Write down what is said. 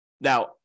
Now